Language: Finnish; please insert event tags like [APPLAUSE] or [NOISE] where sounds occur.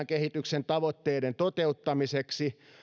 [UNINTELLIGIBLE] kehityksen tavoitteiden toteuttamiseksi